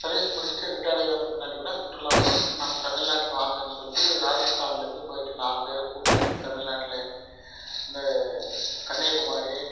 service முடிச்சிட்டு ரிட்டையர்ட்டாகி வந்த பின்னாடி கூட சுற்றுலா போறதுக்கு நம்ம தமிழ்நாட்டுக்கு வாங்கன்னு சொல்லிட்டு ராஜஸ்தான்லேருந்து போய்ட்டு நாலு பேரு கூப்ட்டுன்னு வந்து தமிழ்நாட்டுல இந்த கன்னியாகுமரி